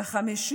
ב-6